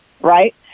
right